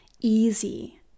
easy